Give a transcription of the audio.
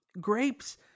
Grapes